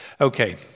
okay